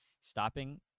stopping